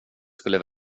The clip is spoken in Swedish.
skulle